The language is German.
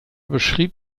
beschrieb